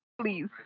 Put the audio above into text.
Please